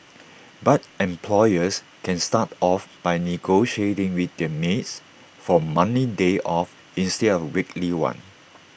but employers can start off by negotiating with their maids for A monthly day off instead of A weekly one